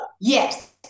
yes